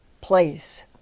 place